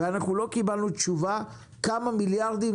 אבל לא קיבלנו תשובה כמה מיליארדים